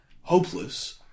hopeless